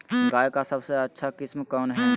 गाय का सबसे अच्छा किस्म कौन हैं?